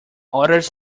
otters